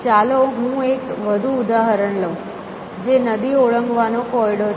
ચાલો હું એક વધુ ઉદાહરણ લઉં જે નદી ઓળંગવા નો કોયડો છે